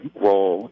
role